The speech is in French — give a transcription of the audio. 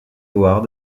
award